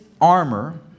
armor